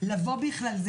לבוא בכלל.